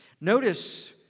Notice